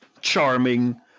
charming